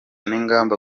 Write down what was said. n’ingamba